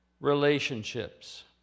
relationships